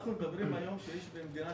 אנחנו מדברים היום 244,615